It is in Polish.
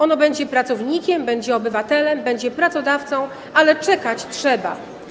Ono będzie pracownikiem, będzie obywatelem, będzie pracodawcą, ale czekać trzeba.